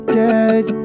dead